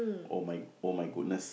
oh my oh my goodness